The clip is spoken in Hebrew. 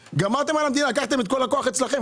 גמרתם על המדינה, לקחתם את כל הכוח אליכם.